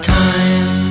time